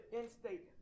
instate